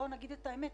בואו נגיד את אמת,